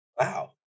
Wow